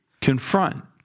confront